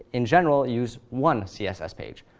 in general, use one css page,